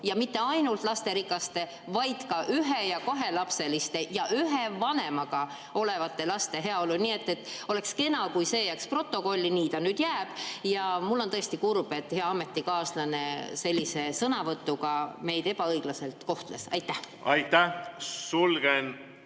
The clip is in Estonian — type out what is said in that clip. ja mitte ainult lasterikaste, vaid ka ühe‑ ja kahelapseliste perede ja ühe vanemaga laste heaolu. Nii et oleks kena, kui see jääks protokolli. Nii ta nüüd jääb. Ja ma olen tõesti kurb, et hea ametikaaslane sellise sõnavõtuga meid ebaõiglaselt kohtles. Suur aitäh, austatud